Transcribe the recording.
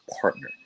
partner